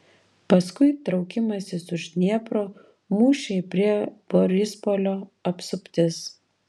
paskui traukimasis už dniepro mūšiai prie borispolio apsuptis